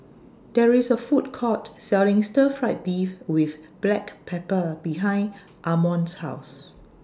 There IS A Food Court Selling Stir Fried Beef with Black Pepper behind Amon's House